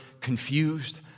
confused